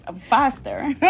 faster